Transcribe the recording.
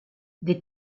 des